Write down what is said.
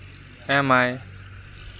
ᱮᱢ ᱟᱭ